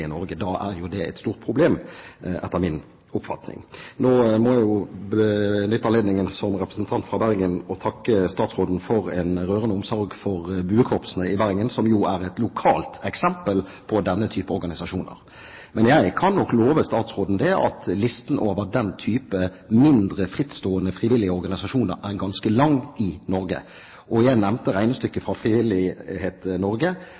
Norge. Da er jo det et stort problem, etter min oppfatning. Nå må jeg benytte anledningen, som representant fra Bergen, til å takke statsråden for en rørende omsorg for buekorpsene i Bergen, som jo er et lokalt eksempel på denne type organisasjoner. Men jeg kan nok love statsråden at listen over den type mindre, frittstående frivillige organisasjoner er ganske lang i Norge. Jeg nevnte regnestykket fra Frivillighet Norge.